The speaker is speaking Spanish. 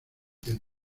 del